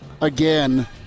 again